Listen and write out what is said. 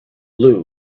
blue